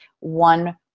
one